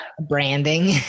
branding